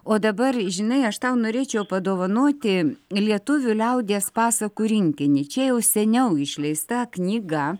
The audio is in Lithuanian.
o dabar žinai aš tau norėčiau padovanoti lietuvių liaudies pasakų rinkinį čia jau seniau išleista knyga